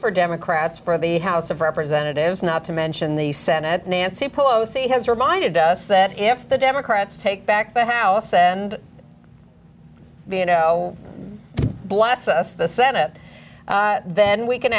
for democrats for the house of representatives not to mention the senate nancy pelosi has reminded us that if the democrats take back the house and you know bless us the senate then we can